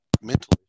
mental